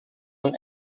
een